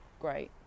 great